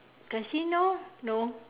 casino no